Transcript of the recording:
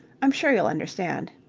i'm sure you'll understand.